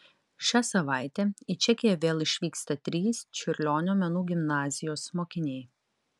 šią savaitę į čekiją vėl išvyksta trys čiurlionio menų gimnazijos mokiniai